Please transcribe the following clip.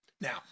Now